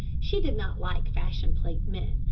she did not like fashion-plate men,